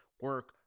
Work